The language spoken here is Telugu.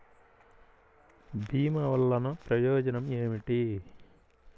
భీమ వల్లన ప్రయోజనం ఏమిటి?